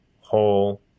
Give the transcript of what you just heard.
whole